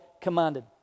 commanded